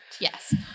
Yes